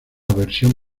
versión